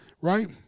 right